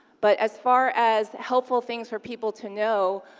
but as far as helpful things for people to know,